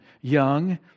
young